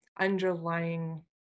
underlying